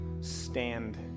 stand